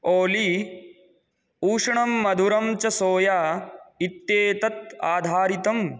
ओली उष्णं मधुरं च सोया इत्येतत् आधारितम्